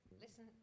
Listen